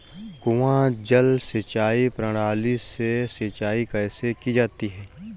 कुआँ जल सिंचाई प्रणाली से सिंचाई कैसे की जाती है?